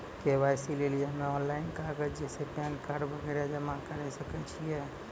KYC लेली हम्मय online कागज जैसे पैन कार्ड वगैरह जमा करें सके छियै?